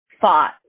fought